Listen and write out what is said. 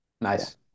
Nice